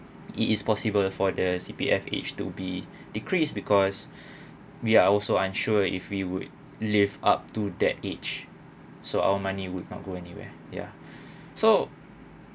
it is possible for the C_P_F age to be decreased because we are also unsure if we would live up to that age so our money would not go anywhere ya so